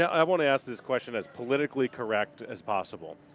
i want to ask this question as politically correct as possible.